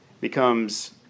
becomes